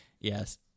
yes